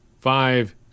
five